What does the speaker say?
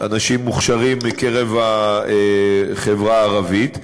אנשים מוכשרים מקרב החברה הערבית.